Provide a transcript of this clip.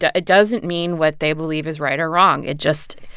ah doesn't mean what they believe is right or wrong. it just.